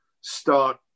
start